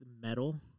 metal